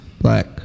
Black